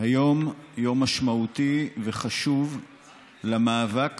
היום יום משמעותי וחשוב למאבק